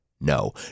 No